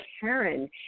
Karen